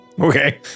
Okay